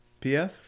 pf